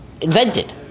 invented